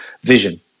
vision